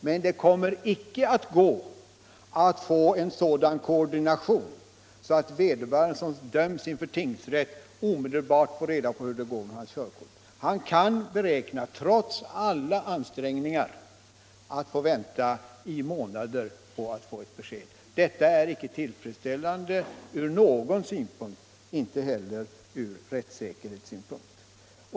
Men det kommer inte att gå att få en sådan koordination att den som döms inför tingsrätt omedelbart kan få reda på hur det gått med hans körkort. Han kan, trots alla ansträngningar, räkna med att få vänta i månader på att få ett besked. Detta är inte tillfredsställande ur någon synpunkt, inte heller ur rättssäkerhetssynpunkt.